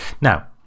Now